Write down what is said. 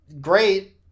great